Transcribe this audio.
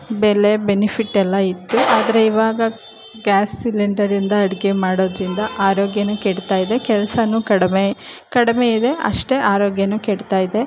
ಬೆಲೆ ಬೆನಿಫಿಟ್ಟೆಲ್ಲಾ ಇತ್ತು ಆದರೆ ಇವಾಗ ಗ್ಯಾಸ್ ಸಿಲಿಂಡರಿಂದ ಅಡುಗೆ ಮಾಡೋದರಿಂದ ಆರೋಗ್ಯವೂ ಕೆಡ್ತಾಯಿದೆ ಕೆಲ್ಸಾವೂ ಕಡಿಮೆ ಕಡಿಮೆ ಇದೆ ಅಷ್ಟೇ ಆರೋಗ್ಯವೂ ಕೆಡ್ತಾಯಿದೆ